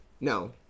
No